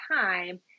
time